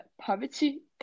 poverty